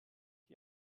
die